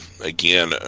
again